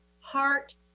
heart